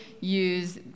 use